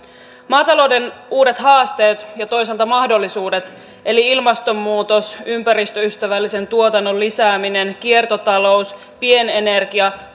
maatalouden uudet haasteet ja toisaalta mahdollisuudet eli ilmastonmuutos ympäristöystävällisen tuotannon lisääminen kiertotalous pienenergia